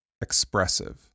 expressive